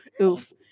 oof